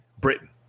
Britain